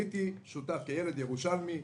הייתי שותף כילד ירושלמי,